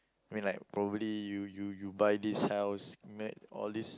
I mean like probably you you you buy this house all this